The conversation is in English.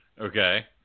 okay